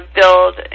build